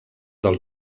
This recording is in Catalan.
dels